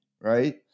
Right